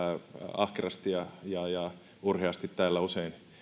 ahkerasti ja ja urheasti täällä usein